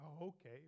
okay